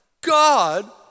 God